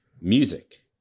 music